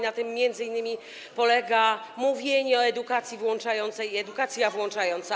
Na tym m.in. polega mówienie o edukacji włączającej i edukacja włączająca.